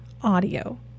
audio